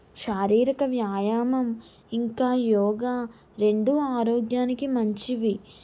శారీరిక వ్యాయామం ఇంకా యోగ రెండు ఆరోగ్యానికి మంచివి